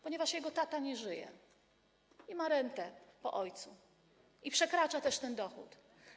Ponieważ jego tata nie żyje i ma rentę po ojcu, i też przekracza ten dochód.